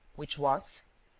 which was?